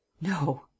No